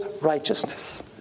righteousness